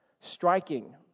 striking